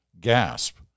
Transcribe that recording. gasp